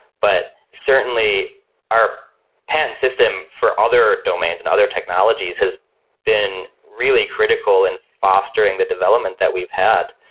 but certainly our patent system for other domains and other technologies has been really critical in fostering the development that we've had.